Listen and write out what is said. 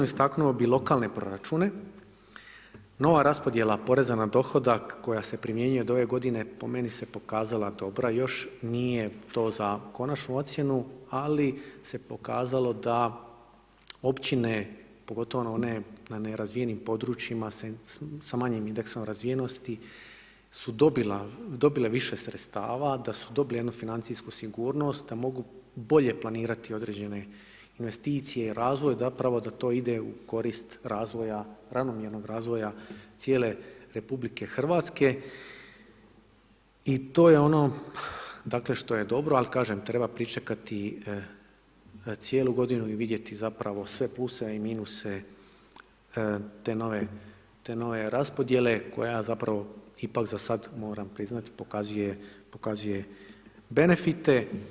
Istaknuo bi lokalne proračune, nova raspodjela poreza na dohodak koja se primjenjuje ove godine, po meni se pokazala dobra, još nije to za konačnu ocjenu ali se pokazalo da općine pogotovo one na nerazvijenim područjima sa manjim indeksom razvijenosti su dobile više sredstava, da su dobile jednu financijsku sigurnost a mogu bolje planirati određene investicije, razvoj je zapravo da to ide u korist ravnomjernog razvoja cijele RH i to je ono dakle što je dobro, ali kažem, treba pričekati cijelu godinu i vidjeti zapravo sve pluseve i minuse te nove raspodjele koja zapravo ipak za sad moram priznati, pokazuje benefite.